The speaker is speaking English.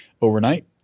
overnight